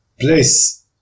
place